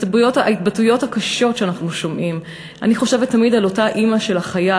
בהתבטאויות הקשות שאנחנו שומעים אני חושבת תמיד על אותה אימא של החייל,